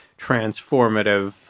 transformative